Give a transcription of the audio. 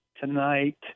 Tonight